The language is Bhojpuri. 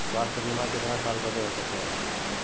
स्वास्थ्य बीमा कितना साल बदे हो सकेला?